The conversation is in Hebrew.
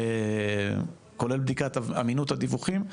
כולל בדיקת אמינות הדיווחים,